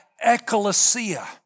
ecclesia